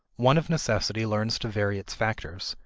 one of necessity learns to vary its factors,